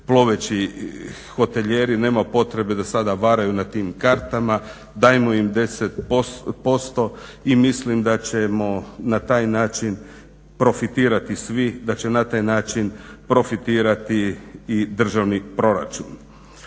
ploveći hotelijeri, nema potrebe da sada varaju na tim kartama, dajmo im 10%. I mislim da ćemo na taj način profitirati svi, da će na taj način profitirati i državni proračun.